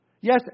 Yes